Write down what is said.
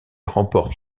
remporte